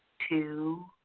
two,